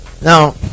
now